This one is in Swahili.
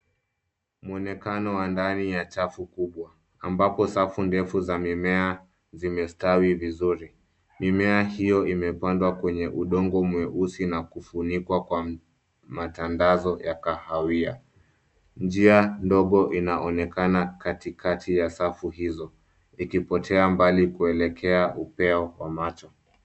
Mwonekano wa ndani ya chafu kubwa ambapo safu ndefu za mimea zimestawi vizuri. Mimea hiyo imepandwa kwenye udongo mweusi na kufunikwa kwa matandazo ya kahawia. Njia ndogo inaonekana katikati ya safu hizo, ikipotea mbali kuelekea upeo kwa macho.